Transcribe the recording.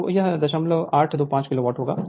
तो यह 0825 किलोवाट होगा